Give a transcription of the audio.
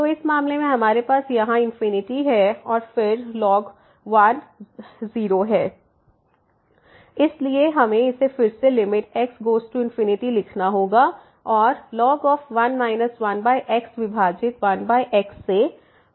तो इस मामले में हमारे पास यहाँ है और फिर ln 1 0 इसलिए हमें इसे फिर से लिमिट x गोज़ टू लिखना होगा और ln 1 1x विभाजित 1x से